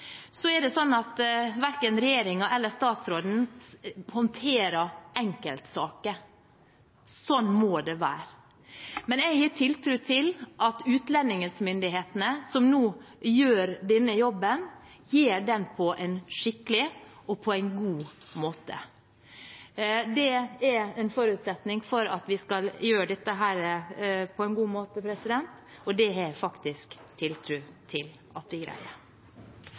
Så er det sånn at verken regjeringen eller statsråden håndterer enkeltsaker. Sånn må det være. Men jeg har tiltro til at utlendingsmyndighetene som nå gjør denne jobben, gjør den på en skikkelig og god måte. Det er en forutsetning for at vi skal gjøre dette på en god måte, og det har jeg faktisk tiltro til at vi greier.